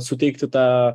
suteikti tą